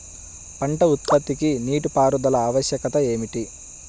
పంట ఉత్పత్తికి నీటిపారుదల ఆవశ్యకత ఏమి?